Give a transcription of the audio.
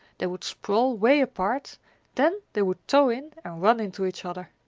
they would sprawl way apart then they would toe in and run into each other.